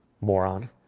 moron